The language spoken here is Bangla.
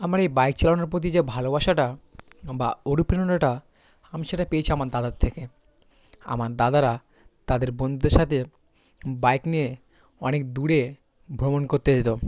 আমার এই বাইক চালানোর প্রতি যে ভালোবাসাটা বা অনুপ্রেরণাটা আমি সেটা পেয়েছি আমার দাদার থেকে আমার দাদারা তাদের বন্ধুদের সাথে বাইক নিয়ে অনেক দূরে ভ্রমণ করতে যেতো